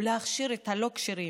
להכשיר את הלא-כשרים